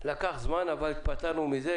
לקח זמן ונפטרנו מזה,